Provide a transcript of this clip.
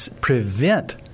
prevent